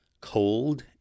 cold